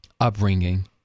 upbringing